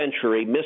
century